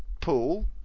pool